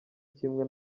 kimwe